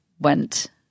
went